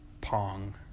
pong